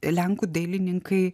lenkų dailininkai